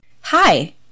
Hi